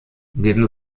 neben